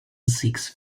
six